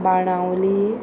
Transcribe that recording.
Benaulim